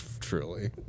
truly